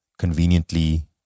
conveniently